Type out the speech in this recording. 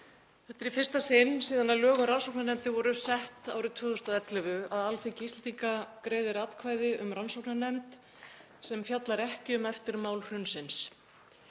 Þetta er í fyrsta sinn síðan lög um rannsóknarnefndir voru sett árið 2011 að Alþingi Íslendinga greiðir atkvæði um rannsóknarnefnd sem fjallar ekki um eftirmál hrunsins.